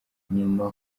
nyuma